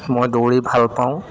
মই দৌৰি ভাল পাওঁ